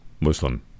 Muslim